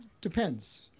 Depends